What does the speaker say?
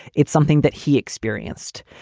it's something that he experienced.